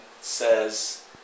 says